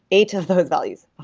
eight of those values.